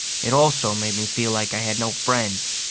it also made me feel like i had no friends.